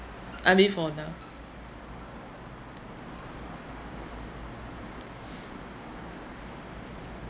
I mean for now